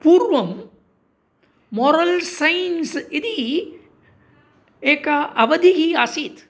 पूर्वं moral sense इति एका अवधिः आसीत्